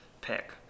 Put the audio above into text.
pick